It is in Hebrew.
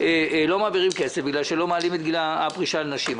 לא מעבירים כסף בגלל שלא מעלים את גיל הפרישה לנשים.